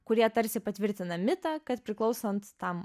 kurie tarsi patvirtina mitą kad priklausant tam